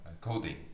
Coding